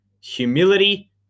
Humility